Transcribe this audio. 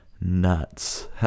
nuts